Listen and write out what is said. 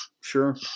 Sure